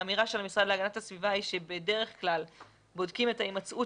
האמירה של המשרד להגנת הסביבה היא שבדרך כלל בודקים את ההימצאות